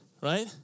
right